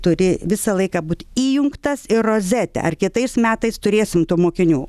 turi visą laiką būt įjungtas į rozetę ar kitais metais turėsim tų mokinių